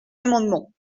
amendements